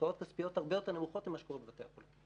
בהשקעות כספיות הרבה יותר נמוכות ממה שקורה בבתי החולים.